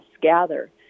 gather